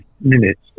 minutes